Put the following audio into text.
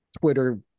Twitter